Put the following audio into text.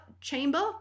chamber